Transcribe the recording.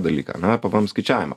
dalyką ane pvm skaičiavimą